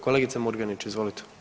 Kolegice Murganić, izvolite.